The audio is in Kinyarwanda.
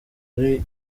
ari